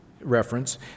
reference